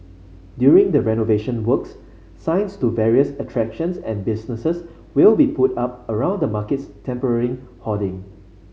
during the renovation works signs to various attractions and businesses will be put up around the market's temporary hoarding